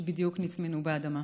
שבדיוק נטמנו באדמה,